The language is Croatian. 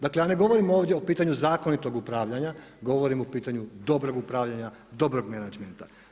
Dakle, ja ne govorim ovdje o pitanju zakonitog upravljanja, govorim o pitanju dobrog upravljanja, dobrog menadžmenta.